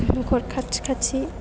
न'खर खाथि खाथि